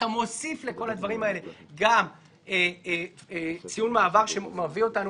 אתה מוסיף לכל הדברים האלה גם ציון מעבר שמביא אותנו